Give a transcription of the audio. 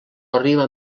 arriba